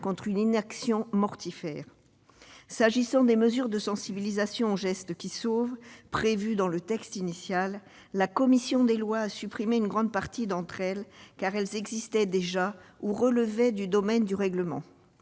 contre une inaction mortifère. S'agissant des mesures de sensibilisation aux gestes qui sauvent prévues dans le texte initial, la commission des lois a supprimé une grande partie d'entre elles, car elles existent déjà ou relèvent du domaine du règlement.